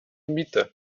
miete